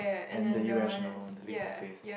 and the irrational belief of faith